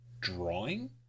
drawing